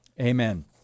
amen